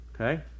Okay